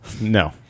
No